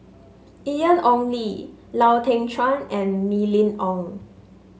Ian Ong Li Lau Teng Chuan and Mylene Ong